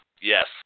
yes